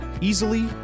easily